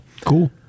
Cool